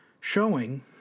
showing